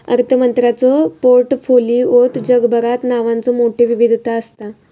अर्थमंत्र्यांच्यो पोर्टफोलिओत जगभरात नावांचो मोठयो विविधता असता